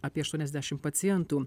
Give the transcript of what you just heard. apie aštuoniasdešim pacientų